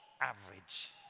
average